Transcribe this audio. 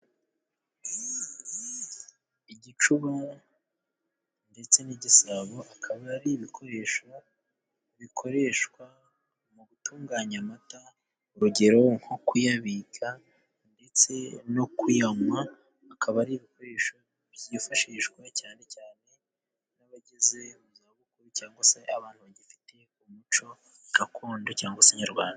Igicuba ndetse n'igisabo akaba ari ibikoresho bikoreshwa mu gutunganya amata, urugero nko kuyabika ndetse no kuyanywa. Akaba ari ibikoresho byifashishwa cyane cyane n'abageze mu za bukuru cyangwa se abantu bagifite umuco gakondo cyangwa se nyarwanda.